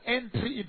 entry